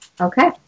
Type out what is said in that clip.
Okay